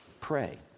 pray